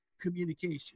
communication